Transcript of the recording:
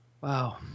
Wow